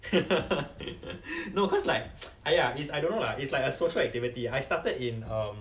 no cause like !aiya! it's I don't know lah it's like a social activity I started in um